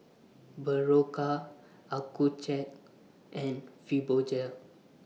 Berocca Accucheck and Fibogel